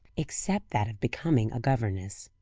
except that of becoming a governess.